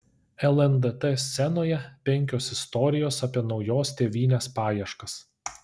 lndt scenoje penkios istorijos apie naujos tėvynės paieškas